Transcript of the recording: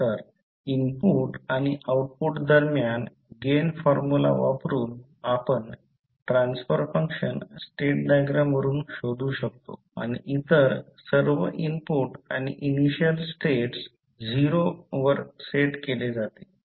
तर इनपुट आणि आऊटपुट दरम्यान गेन फॉर्म्युला वापरुन आपण ट्रान्सफर फंक्शन स्टेट डायग्राम वरून शोधू शकतो आणि इतर सर्व इनपुट आणि इनिशियल स्टेटस 0 वर सेट केले जाते